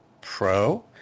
Pro